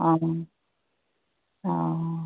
हँ हँ